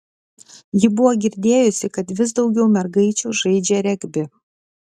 ji buvo girdėjusi kad vis daugiau mergaičių žaidžią regbį